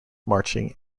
marching